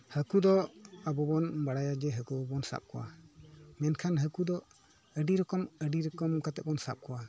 ᱦᱟ ᱠᱩ ᱫᱚ ᱟᱵᱚ ᱵᱚᱱ ᱵᱟᱲᱟᱭᱟ ᱡᱮ ᱦᱟ ᱠᱩ ᱵᱚᱱ ᱥᱟᱵ ᱠᱚᱣᱟ ᱢᱮᱱᱠᱷᱟᱱ ᱦᱟᱠᱩ ᱫᱚ ᱟ ᱰᱤ ᱨᱚᱠᱚᱢ ᱟ ᱰᱤ ᱨᱚᱠᱚᱢ ᱠᱟᱛᱮᱫ ᱵᱚᱱ ᱥᱟᱵ ᱠᱚᱣᱟ